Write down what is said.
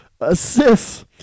assists